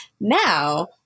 Now